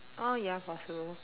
oh ya possible